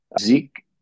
Zeke